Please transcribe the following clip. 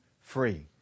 free